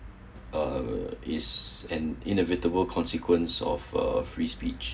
uh is an inevitable consequence of uh free speech